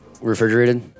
refrigerated